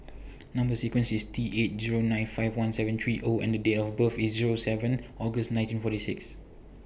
Number sequence IS T eight Zero nine five one seven three O and Date of birth IS Zero seven August nineteen forty six